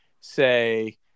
say